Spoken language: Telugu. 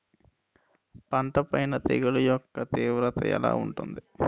పంట పైన తెగుళ్లు యెక్క తీవ్రత ఎలా ఉంటుంది